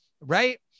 Right